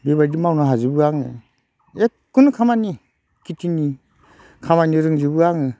बेबायदि मावनो हाजोबो आङो जेखुनु खामानि खिथिनि खामानि रोंजोबो आङो